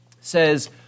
says